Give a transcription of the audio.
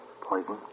poison